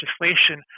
legislation